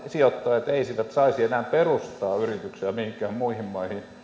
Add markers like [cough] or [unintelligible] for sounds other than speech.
[unintelligible] sijoittajat eivät eivät saisi enää perustaa yrityksiä mihinkään muihin maihin